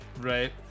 Right